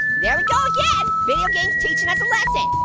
there we go again. video games teaching us a lesson.